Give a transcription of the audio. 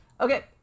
Okay